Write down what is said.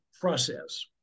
process